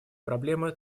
проблемы